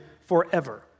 forever